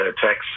tax